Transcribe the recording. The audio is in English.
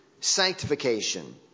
sanctification